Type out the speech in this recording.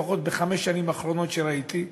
לפחות בחמש השנים האחרונות שראיתי,